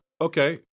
okay